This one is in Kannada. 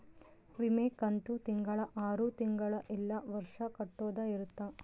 ವಿಮೆ ಕಂತು ತಿಂಗಳ ಆರು ತಿಂಗಳ ಇಲ್ಲ ವರ್ಷ ಕಟ್ಟೋದ ಇರುತ್ತ